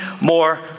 more